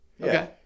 Okay